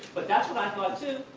but that's what i thought too,